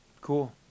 cool